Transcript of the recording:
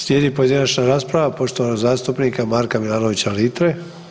Slijedi pojedinačna rasprava poštovanog zastupnika Marka Milanovića Litre.